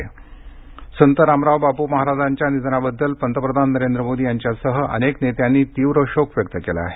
रामराव महाराज निधन प्रतिक्रिया संत रामराव बापू महाराजांच्या निधनाबद्दल पंतप्रधान नरेंद्र मोदी यांच्यासह अनेक नेत्यांनी तीव्र शोक व्यक्त केला आहे